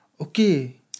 Okay